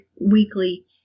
weekly